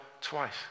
twice